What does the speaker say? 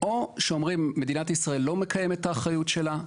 או שאומרים שמדינת ישראל לא מקיימת את האחריות שלה,